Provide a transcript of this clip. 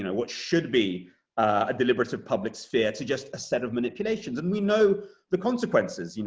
what should be a deliberative public sphere to just a set of manipulations. and we know the consequences. you know